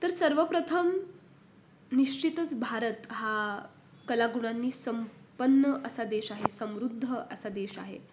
तर सर्वप्रथम निश्चितच भारत हा कलागुणांनी संपन्न असा देश आहे समृद्ध असा देश आहे